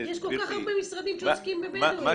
יש כל כך הרבה משרדים שעוסקים בבדואים.